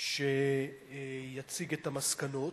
שיציג את המסקנות.